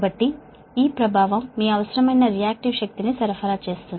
కాబట్టి ఈ ప్రభావం మీకు అవసరమైన రియాక్టివ్ పవర్ ని సరఫరా చేస్తుంది